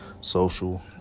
social